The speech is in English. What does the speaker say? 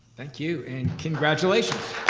thank you, and congratulations.